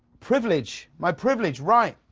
privilege? my privilege, right,